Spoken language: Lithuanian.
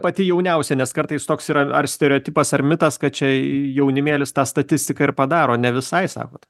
pati jauniausia nes kartais toks yra ar stereotipas ar mitas kad čia jaunimėlis tą statistiką ir padaro ne visai sakot